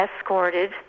escorted